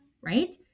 right